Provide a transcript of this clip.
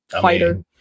fighter